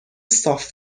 صاف